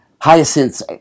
Hyacinth's